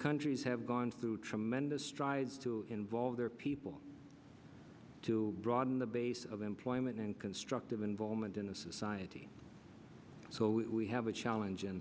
countries have gone through tremendous strides to involve their people to broaden the base of employment in constructive involvement in the society so we have a challenge in